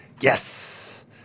Yes